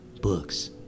books